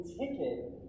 ticket